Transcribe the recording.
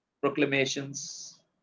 proclamations